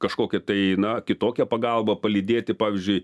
kažkokią tai na kitokią pagalbą palydėti pavyzdžiui